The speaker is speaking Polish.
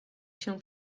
się